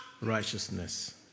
righteousness